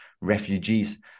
refugees